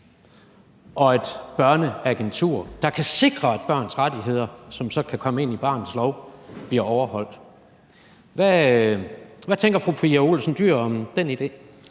og et børneagentur, der kan sikre, at børns rettigheder, som så kan komme ind i barnets lov, bliver overholdt. Hvad tænker fru Pia Olsen Dyhr om den idé?